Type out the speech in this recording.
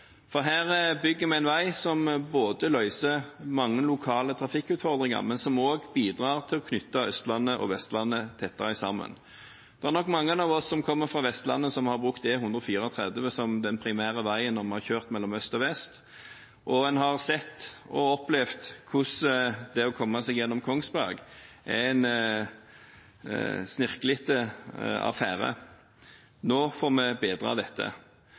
for her bygger vi en vei som løser mange lokale trafikkutfordringer, og som også bidrar til å knytte Østlandet og Vestlandet tettere sammen. Det er nok mange av oss som kommer fra Vestlandet, som har brukt E134 som den primære veien når vi har kjørt mellom øst og vest, og som har sett og opplevd hvordan det å komme seg gjennom Kongsberg er en snirklete affære. Nå får vi bedret dette.